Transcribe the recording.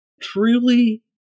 truly